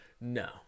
No